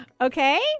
Okay